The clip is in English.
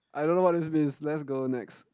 I don't know what this means let's go next